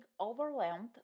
overwhelmed